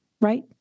right